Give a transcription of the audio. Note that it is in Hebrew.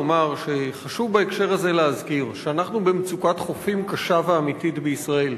לומר שחשוב בהקשר הזה להזכיר שאנחנו במצוקת חופים קשה ואמיתית בישראל.